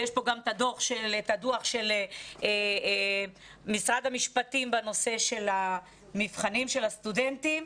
ויש פה גם דוח של משרד המשפטים בנושא המבחנים של הסטודנטים.